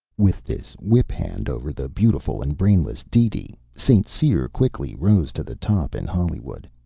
with this whip-hand over the beautiful and brainless deedee, st. cyr quickly rose to the top in hollywood.